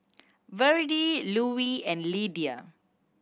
Virdie Louie and Lidia